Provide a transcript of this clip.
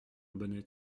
bonnet